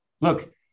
Look